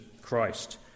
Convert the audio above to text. Christ